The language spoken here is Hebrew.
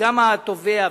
וגם התובע,